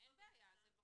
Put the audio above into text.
זה בחוץ.